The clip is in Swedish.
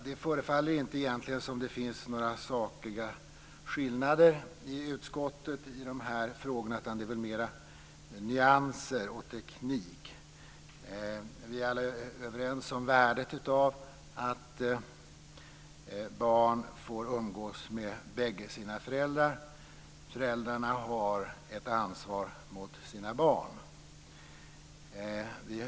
Det förefaller som att det inte finns några sakliga skillnader i utskottet i de frågorna, utan det är mer nyanser och teknik. Vi är alla överens om värdet av att barn får umgås med bägge sina föräldrar. Föräldrarna har ett ansvar mot sina barn.